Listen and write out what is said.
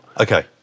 Okay